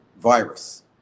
virus